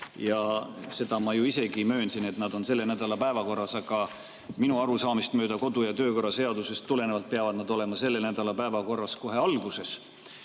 ja seda ma ju isegi möönsin, et nad on selle nädala päevakorras. Aga minu arusaamist mööda kodu- ja töökorra seadusest tulenevalt peavad nad olema selle nädala päevakorras kohe alguses,